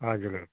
हजुर